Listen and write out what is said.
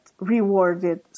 rewarded